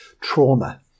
trauma